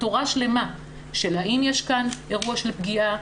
תורה שלמה של האם יש כאן אירוע של פגיעה.